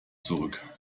zurück